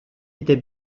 était